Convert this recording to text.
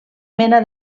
mena